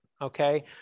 Okay